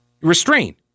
restrain